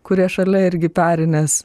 kurie šalia irgi peri nes